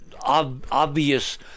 obvious